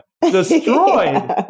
Destroyed